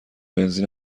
بنزین